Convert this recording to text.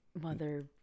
Mother